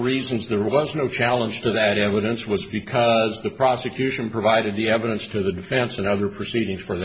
reasons there was no challenge to that evidence was because the prosecution provided the evidence to the defense and other proceedings for